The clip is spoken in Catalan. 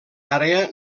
àrea